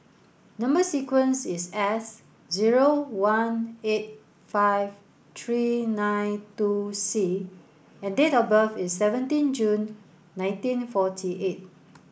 number sequence is S zero one eight five three nine two C and date of birth is seventeen June nineteen forty eight